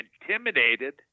intimidated